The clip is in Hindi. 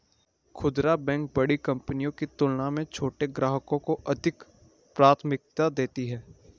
खूदरा बैंक बड़ी कंपनियों की तुलना में छोटे ग्राहकों को अधिक प्राथमिकता देती हैं